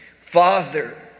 Father